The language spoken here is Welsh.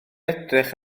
edrych